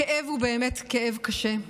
הכאב הוא באמת כאב קשה.